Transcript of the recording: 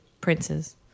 princes